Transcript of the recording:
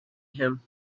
him